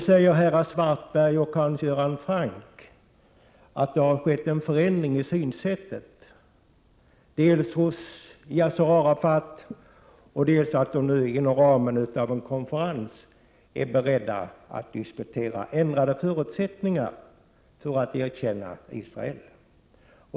Herrar Karl-Erik Svartberg och Hans Göran Franck säger nu att det har skett en förändring i Yassir Arafats synsätt och att denne är beredd att inom ramen för en konferens diskutera ändrade förutsättningar för att erkänna Israel.